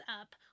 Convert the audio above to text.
up